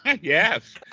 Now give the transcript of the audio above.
Yes